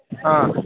ಹಾಂ